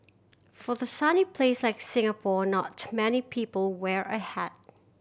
for the sunny place like Singapore not many people wear a hat